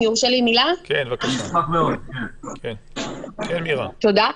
כן מירה, בבקשה.